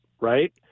right